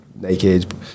naked